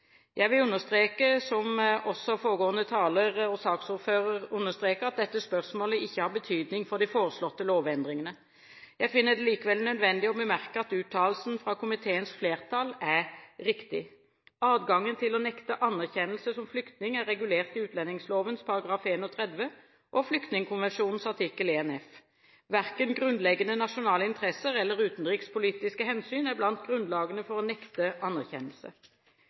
Jeg vil understreke, som også foregående taler – saksordføreren – gjorde, at dette spørsmålet ikke har betydning for de foreslåtte lovendringene. Jeg finner det likevel nødvendig å bemerke at uttalelsen fra komiteens flertall er riktig. Adgangen til å nekte anerkjennelse som flyktning er regulert i utlendingsloven § 31 og Flyktningkonvensjonens artikkel 1F. Verken grunnleggende nasjonale interesser eller utenrikspolitiske hensyn er blant grunnlagene for å nekte anerkjennelse.